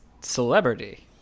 celebrity